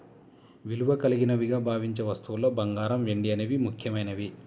విలువ కలిగినవిగా భావించే వస్తువుల్లో బంగారం, వెండి అనేవి ముఖ్యమైనవి